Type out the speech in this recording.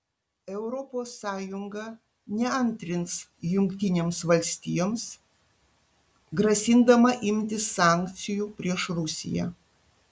europos sąjunga neantrins jungtinėms valstijoms grasindama imtis sankcijų prieš rusiją